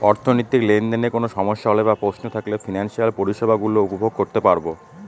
অর্থনৈতিক লেনদেনে কোন সমস্যা হলে বা প্রশ্ন থাকলে ফিনান্সিয়াল পরিষেবা গুলো উপভোগ করতে পারবো